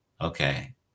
Okay